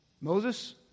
Moses